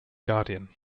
guardian